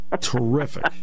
Terrific